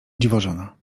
dziwożona